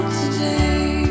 today